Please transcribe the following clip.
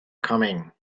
coming